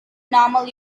normal